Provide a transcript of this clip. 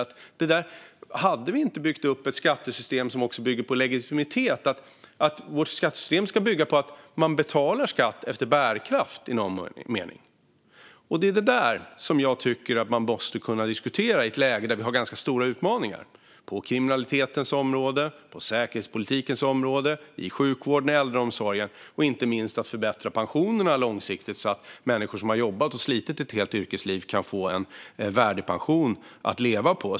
Vi har byggt upp ett skattesystem som bygger på legitimitet. Vårt skattesystem ska bygga på att man i någon mening betalar skatt efter bärkraft. Det är detta jag tycker att måste kunna diskutera i ett läge där vi har ganska stora utmaningar - på kriminalitetens område, på säkerhetspolitikens område, i sjukvården och äldreomsorgen och inte minst i att förbättra pensionerna långsiktigt så att människor som har jobbat och slitit ett helt yrkesliv kan få en värdig pension att leva på.